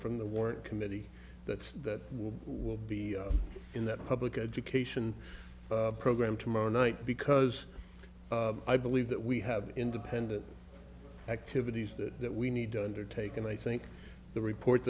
from the work committee that will be in that public education program tomorrow night because i believe that we have independent activities that we need to undertake and i think the report